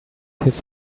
his